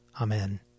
Amen